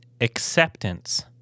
acceptance